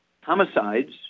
homicides